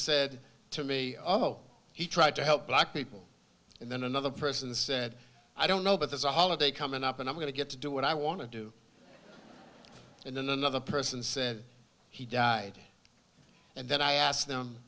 said to me oh he tried to help black people and then another person said i don't know but there's a holiday coming up and i'm going to get to do what i want to do and then another person said he and then i asked them